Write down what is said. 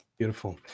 Beautiful